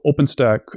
OpenStack